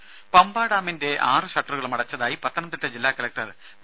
രുമ പമ്പാ ഡാമിന്റെ ആറു ഷട്ടറുകളും അടച്ചതായി പത്തനംതിട്ട ജില്ലാ കലക്ടർ പി